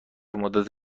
مدت